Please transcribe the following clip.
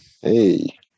Hey